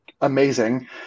amazing